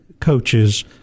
coaches